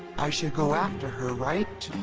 i should go after her, right?